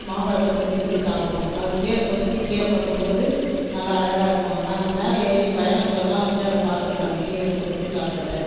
மாம்பழத்தை கொத்தி கொத்தி சாப்பிடும் அது கீழே கொத்திக் கீழே கொட்டும் போது நல்லா அழகாக இருக்கும் நாங்கள் மேலே ஏறி பைனாகுலர்லாம் வச்சு அதை பார்த்துருக்குறோம் கிளி வந்து கொத்தி சாப்பிட்டத